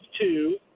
two